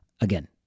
Again